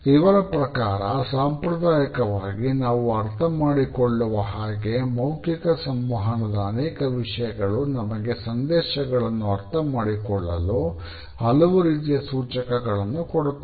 ಇವರ ಪ್ರಕಾರ ಸಾಂಪ್ರದಾಯಿಕವಾಗಿ ನಾವು ಅರ್ಥ ಮಾಡಿಕೊಳ್ಳುವ ಹಾಗೆ ಮೌಖಿಕ ಸಂವಹನದ ಅನೇಕ ವಿಷಯಗಳು ನಮಗೆ ಸಂದೇಶಗಳನ್ನು ಅರ್ಥ ಮಾಡಿಕೊಳ್ಳಲು ಹಲವು ರೀತಿಯ ಸೂಚಕಗಳನ್ನು ಕೊಡುತ್ತದೆ